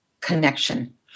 connection